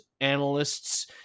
analysts